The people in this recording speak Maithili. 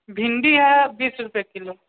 भिन्डी हइ बीस रूपए किलो